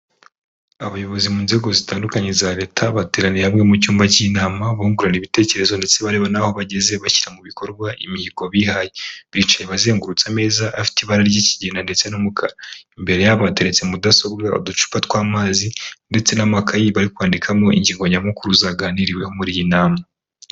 Abayobozi mu nzego zitandukanye za Leta, bateraniye hamwe mu cyumba cy'inama, bungurana ibitekerezo ndetse bareba naho bageze bashyira mu bikorwa imihigo bihaye, bicaye bazengurutse ameza, afite ibara ry'ikigina ndetse n'umukara, imbere yabo hateretse mudasobwa, uducupa tw'amazi ndetse n'amakayi bari yo kwandikamo ingingo nyamukuru zaganiriweho muri iyi nama.